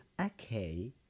okay